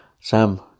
Sam